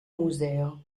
museo